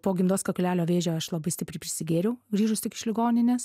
po gimdos kaklelio vėžio aš labai stipriai prisigėriau grįžus tik iš ligoninės